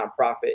nonprofit